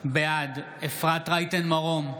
בעד אפרת רייטן מרום,